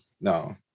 no